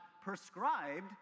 prescribed